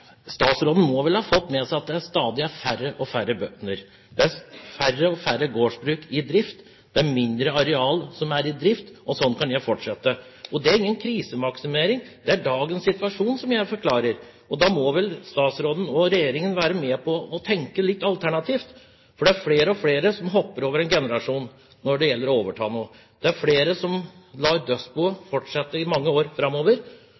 Det er færre og færre gårdsbruk i drift, det er mindre areal som er i drift, og sånn kan jeg fortsette. Det er ingen krisemaksimering. Det er dagens situasjon som jeg forklarer. Og da må vel statsråden og regjeringen være med på å tenke litt alternativt, for det er flere og flere som nå hopper over en generasjon når det gjelder å overta. Det er flere som lar dødsboet fortsette i mange år framover,